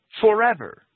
Forever